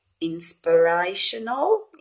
inspirational